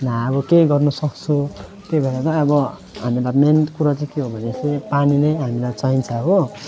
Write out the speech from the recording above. न अब केही गर्न सक्छु त्यही भएर त अब हामीलाई मेन कुरा चाहिँ के हो भने पछि पानी नै हामीलाई चाहिन्छ हो